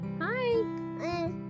Hi